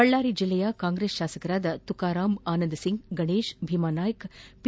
ಬಳ್ಳಾರಿ ಜಿಲ್ಲೆಯ ಕಾಂಗ್ರೆಸ್ ಶಾಸಕರಾದ ತುಕರಾಂ ಆನಂದ್ ಸಿಂಗ್ ಗಣೇಶ್ ಭೀಮಾ ನಾಯ್ಕ್ ಪಿ